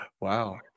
Wow